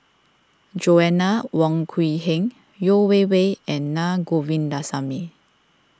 Joanna Wong Quee Heng Yeo Wei Wei and Na Govindasamy